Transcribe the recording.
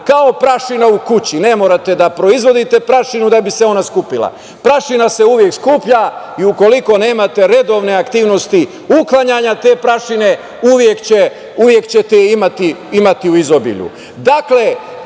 kao prašina u kući. Ne morate da proizvodite prašinu da bi se ona skupila. Prašina se uvek skuplja i ukoliko nemate redovne aktivnosti uklanjanja te prašine uvek ćete je imati u izobilju. Dakle,